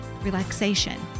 relaxation